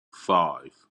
five